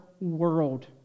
world